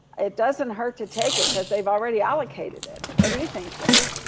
it doesn't hurt to take it, cause they've already allocated it. what do you think, jimmy?